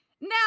Now